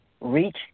Reach